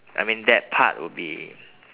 I mean that part would be